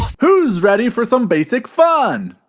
who's ready for some basic fun?